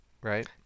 right